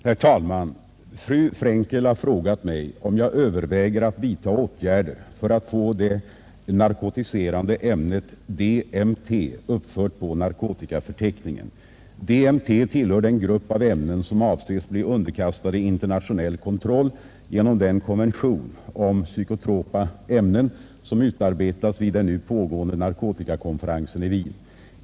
Herr talman! Fru Frenkel har frågat mig om jag överväger att vidta åtgärder för att få det narkotiserande ämnet DMT uppfört på narkotikaförteckningen. DMT tillhör den grupp av ämnen som avses bli underkastade internationell kontroll genom den konvention om psykotropa ämnen som utarbetas vid den nu pågående narkotikakonferensen i Wien.